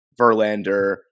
Verlander